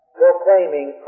proclaiming